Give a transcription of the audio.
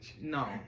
No